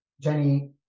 Jenny